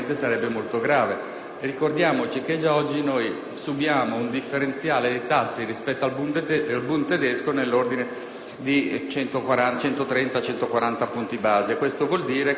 Ricordiamoci che già oggi subiamo un differenziale dei tassi rispetto al *bund* tedesco nell'ordine di 130-140 punti base. Il che vuol dire che paghiamo